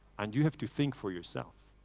and you have to think for yourself.